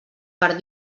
per